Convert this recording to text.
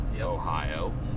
Ohio